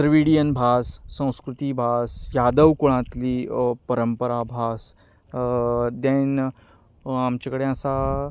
Dravidian भास संस्कृती भास यादव कुळांतली परंपरा बास देन आमचे कडेन आसा